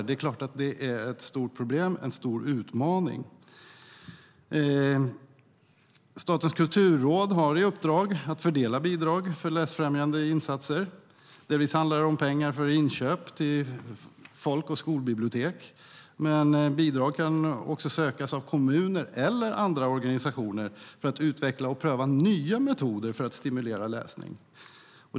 Det är klart att den bristen är ett stort problem, en stor utmaning. Statens kulturråd har i uppdrag att fördela bidrag för läsfrämjande insatser. Delvis handlar det om pengar för inköp till folk och skolbibliotek, men bidrag kan också sökas av kommuner eller andra organisationer för att utveckla och pröva nya metoder för att stimulera läsning.